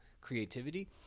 creativity